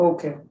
Okay